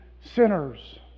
sinners